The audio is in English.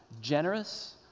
generous